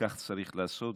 כך צריך לעשות.